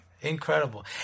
incredible